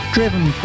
Driven